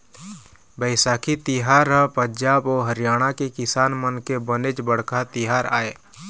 बइसाखी तिहार ह पंजाब अउ हरियाणा के किसान मन के बनेच बड़का तिहार आय